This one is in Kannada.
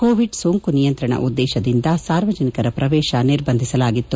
ಕೋವಿಡ್ ಸೋಂಕು ನಿಯಂತ್ರಣ ಉದ್ದೇಶದಿಂದ ಸಾರ್ವಜನಿಕರ ಪ್ರವೇಶ ನಿರ್ಬಂಧಿಸಲಾಗಿತ್ತು